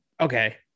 Okay